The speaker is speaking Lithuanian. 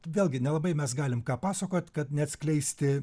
vėlgi nelabai mes galim ką pasakot kad neatskleisti